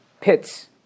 pits